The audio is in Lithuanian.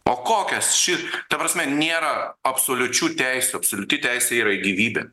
o kokias šit ta prasme nėra absoliučių teisių absoliuti teisė yra į gyvybę